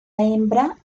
hembra